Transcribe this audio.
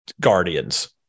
guardians